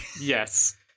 yes